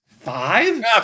five